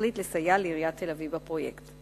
החליט לסייע לעיריית תל-אביב בפרויקט.